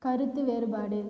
கருத்து வேறுபாடு